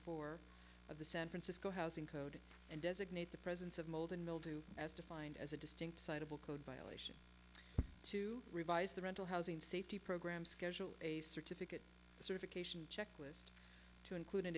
of the san francisco housing code and designate the presence of mold and mildew as defined as a distinct side of a code violation to revise the rental housing safety program schedule a certificate certification checklist to includ